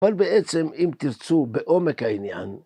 ‫אבל בעצם, אם תרצו, בעומק העניין.